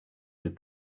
did